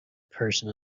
person